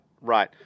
right